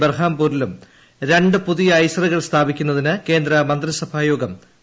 ബെർഹാംപൂരിലും രണ്ട് പുതിയ ഐസറുകൾ സ്ഥാപിക്കുന്നതിന് കേന്ദ്ര മന്ത്രിസുഭാ്യോഗം അനുമതി നൽകി